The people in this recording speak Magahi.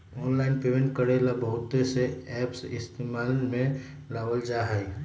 आनलाइन पेमेंट करे ला बहुत से एप इस्तेमाल में लावल जा हई